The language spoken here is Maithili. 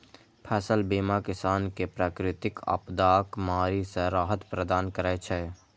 फसल बीमा किसान कें प्राकृतिक आपादाक मारि सं राहत प्रदान करै छै